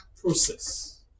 process